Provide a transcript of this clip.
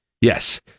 yes